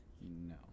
No